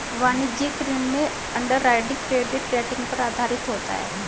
वाणिज्यिक ऋण में अंडरराइटिंग क्रेडिट रेटिंग पर आधारित होता है